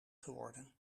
geworden